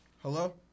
Hello